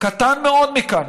קטן מאוד מכאן,